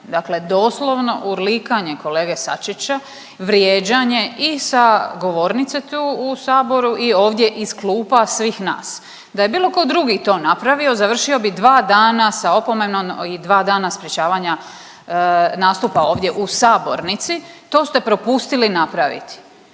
dakle doslovno urlikanje kolege SAčića, vrijeđanje i sa govornice tu u Saboru i ovdje iz klupa svih nas. Da je bilo ko drugi to napravio završio bi dva dana sa opomenom i dva dana sprečavanja nastupa ovdje u sabornici, to ste propustili napraviti.